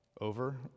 over